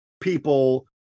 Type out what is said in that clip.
people